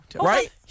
Right